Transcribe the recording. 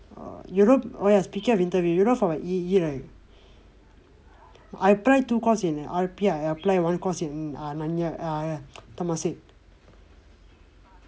you know oh ya speaking of interview you know for E_E right I apply two course in R_P I apply one course in err nanyang err temasek